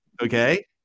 okay